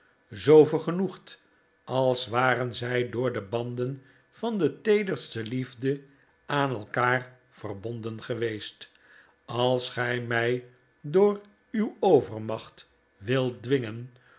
zoo vergenoegd als waren zij door de banden van de teederste liefde aan elkaar verbonden geweest als gij mij door uw overmacht wilt dwingen